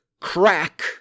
Crack